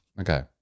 Okay